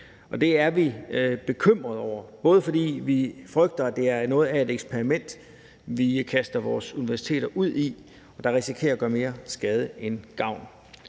det er vi bekymrede over, fordi vi frygter, at det er noget af et eksperiment, man kaster universiteterne ud i, og som risikerer at gøre mere skade end gavn.